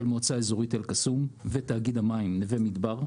מועצה אזורית אל קסום ותאגיד המים נווה מדבר,